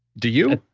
do you?